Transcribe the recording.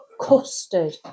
Custard